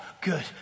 good